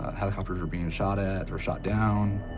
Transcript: helicopters were being shot at or shot down.